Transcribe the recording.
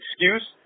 excuse